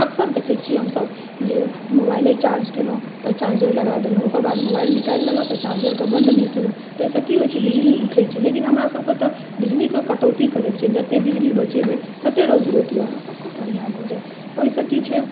अक्सर देखै छिए हमसब जे मोबाइले चार्ज केलहुँ तऽ चार्जर लगा देलहुँ ओकर बाद मोबाइल निकालि लेलहुँ तऽ चार्जरके बन्द नहि केलहुँ ताहिसँ की होइ छै बिजली उठै छै लेकिन हमरा सबके तऽ बिजलीके कटौती करैके छै जतेक बिजली बचेबै ततेक रोजी रोटी अहाँ सबके बढ़िआँ भऽ जाएत ओहिसँ की छै